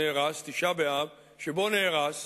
תשעה באב, שבו נהרס